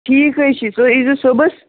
ٹھیٖک حظ چھِ تُہۍ ییٖزیو صُبحَس